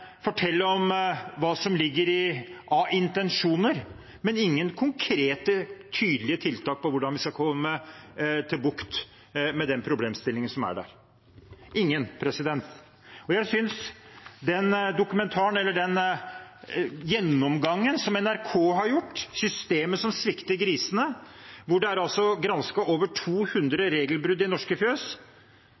fortelle om hva som foreligger av intensjoner, men ingen konkrete, tydelige tiltak for hvordan vi skal få bukt med problemstillingen – ingen! Jeg synes det er ganske urovekkende avklaringer som kommer gjennom dokumentaren og den gjennomgangen NRK har gjort av systemet som svikter grisene, der det er gransket over 200 regelbrudd i norske fjøs.